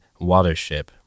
Watership